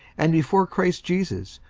and before christ jesus,